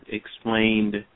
explained